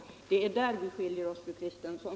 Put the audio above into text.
Det är där skillnaden ligger, fru Kristensson!